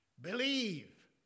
Believe